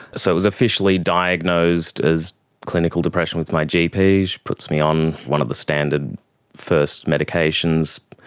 so it was officially diagnosed as clinical depression with my gp, she puts me on one of the standard first medications,